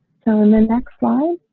so then the next slide.